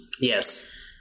Yes